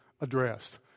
addressed